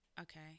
okay